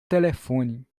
telefone